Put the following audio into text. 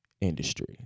industry